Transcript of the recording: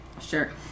Sure